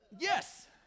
Yes